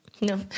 No